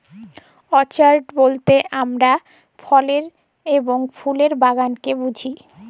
orchard বলতে হামরা ফলের এবং ফুলের বাগালকে বুঝি